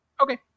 Okay